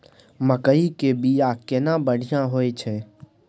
मकई के बीया केना बढ़िया होय छै?